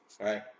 right